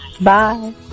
Bye